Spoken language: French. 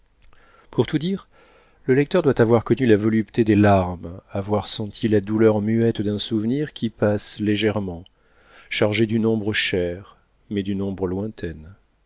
pour tout dire le lecteur doit avoir connu la volupté des larmes avoir senti la douleur muette d'un souvenir qui passe légèrement chargé d'une ombre chère mais d'une ombre lointaine